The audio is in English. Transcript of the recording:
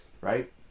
right